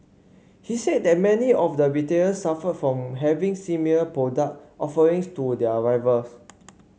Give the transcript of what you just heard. he said that many of the retailers suffered from having similar product offerings to their rivals